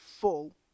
full